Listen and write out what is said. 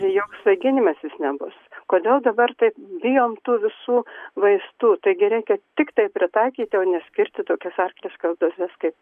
joks svaiginimasis nebus kodėl dabar taip bijom tų visų vaistų taigi reikia tiktai pritaikyti o ne skirti tokios arkliškas dozes kaip